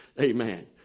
Amen